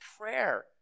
prayer